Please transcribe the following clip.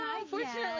unfortunately